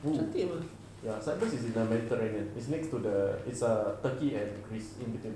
oh ya cyprus is in the mediterranean it's next to the it's err turkey and greece in between